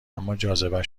اماجاذبه